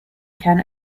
can